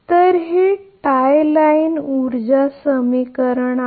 तर हे tie line ऊर्जा समीकरण आहे